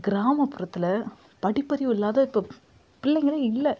கிராமப்புறத்தில் படிப்பறிவு இல்லாத இப்போ பிள்ளைங்களே இல்லை